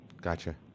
Gotcha